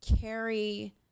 carry